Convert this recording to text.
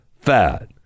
fat